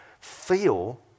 feel